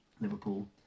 Liverpool